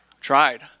Tried